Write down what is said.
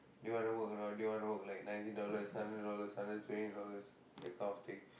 do you want to work or not do you want to work like ninety dollar seventy dollars hundred twenty dollars that kind of thing